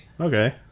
Okay